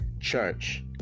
church